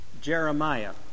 Jeremiah